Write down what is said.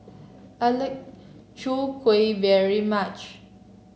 I like Chwee Kueh very much